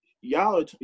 y'all